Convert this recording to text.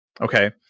Okay